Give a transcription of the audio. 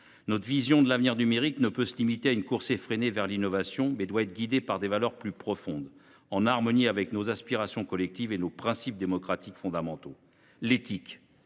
Notre vision de l’avenir numérique ne peut se limiter à une course effrénée vers l’innovation : elle doit être guidée par des valeurs plus profondes, en harmonie avec nos aspirations collectives et nos principes démocratiques fondamentaux. L’éthique